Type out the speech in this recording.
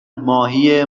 ماهی